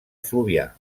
fluvià